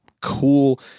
cool